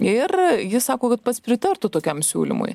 ir jis sako kad pats pritartų tokiam siūlymui